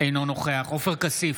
אינו נוכח עופר כסיף,